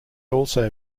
also